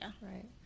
Right